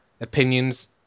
opinions